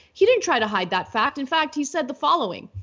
he didn't try to hide that fact. in fact, he said the following,